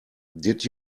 did